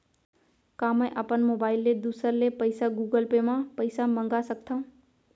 का मैं अपन मोबाइल ले दूसर ले पइसा गूगल पे म पइसा मंगा सकथव?